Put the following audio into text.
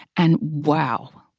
and wow,